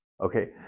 Okay